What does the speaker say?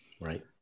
Right